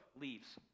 leaves